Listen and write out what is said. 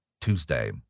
Tuesday